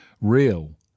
real